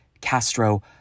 Castro